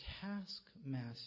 taskmaster